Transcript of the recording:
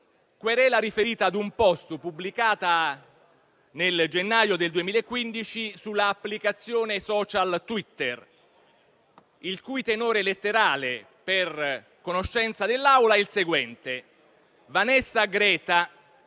Marzullo, riferita a un *post* pubblicato nel gennaio del 2015 sull'applicazione *social* Twitter, il cui tenore letterale, per conoscenza dell'Assemblea, è il seguente: «Vanessa e Greta,